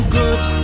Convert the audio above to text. good